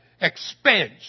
expense